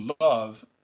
love